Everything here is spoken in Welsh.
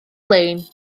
lein